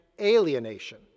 alienation